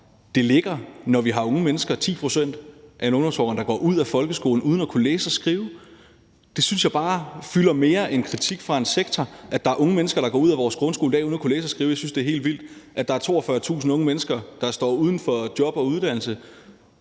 ligger i, at vi har unge mennesker, 10 pct. af en ungdomsårgang, der går ud af folkeskolen uden at kunne læse og skrive. Det synes jeg bare fylder mere end kritik fra en sektor. At der er unge mennesker, der går ud af vores grundskole i dag uden at kunne læse og skrive, synes jeg er helt vildt. At der er 42.000 unge mennesker, der står uden job og uddannelse,